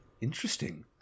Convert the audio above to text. Interesting